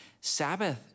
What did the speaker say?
Sabbath